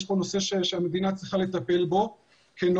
יש פה נושא שהמדינה צריכה לטפל בו כנורמה,